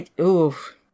Oof